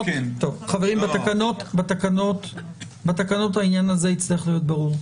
חברים, בתקנות העניין הזה יצטרך להיות ברור.